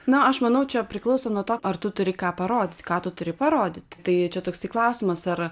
na aš manau čia priklauso nuo to ar tu turi ką parodyt ką tu turi parodyt tai čia toksai klausimas ar